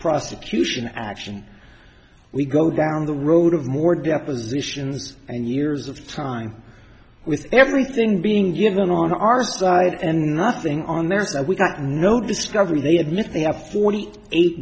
prosecution action we go down the road of more depositions and years of time with everything being given on our side and nothing on theirs and we got no discovery they admit they have forty eight